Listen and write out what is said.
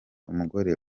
umugore